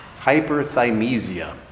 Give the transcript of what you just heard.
hyperthymesia